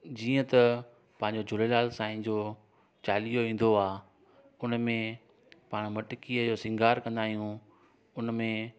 जीअं त पंहिंजो झूलेलाल साईं जो चालीहो ईंदो आहे उनमें पाण मटकीअ जो श्रंगार कंदा आहियूं उनमें